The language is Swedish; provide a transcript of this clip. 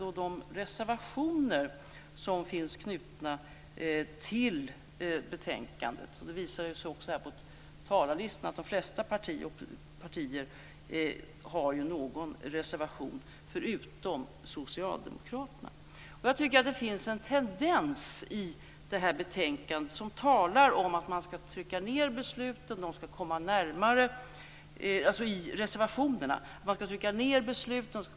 Herr talman! Det visar sig ju här på talarlistan att de flesta partier, förutom Socialdemokraterna, har någon reservation knuten till det här betänkandet. Jag tycker att det finns en tendens i reservationerna som talar om att man skall flytta ned besluten. De skall komma närmare folket.